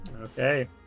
Okay